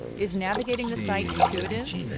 is navigating the site intuitive?